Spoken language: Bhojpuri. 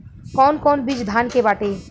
कौन कौन बिज धान के बाटे?